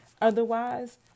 otherwise